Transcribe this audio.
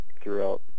throughout